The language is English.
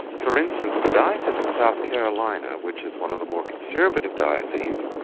for instance the diocese of south carolina, which is one of the more conservative dioceses,